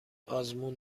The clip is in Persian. آزمون